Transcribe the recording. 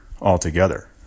altogether